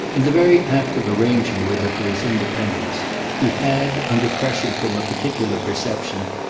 in the very act of arranging with her for his independence he had, under pressure from a particular perception,